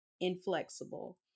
inflexible